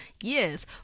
Yes